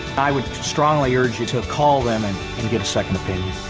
i would strongly urge you to call them and and get a second opinion.